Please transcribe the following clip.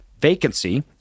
vacancy